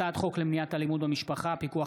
הצעת חוק למניעת אלימות במשפחה (פיקוח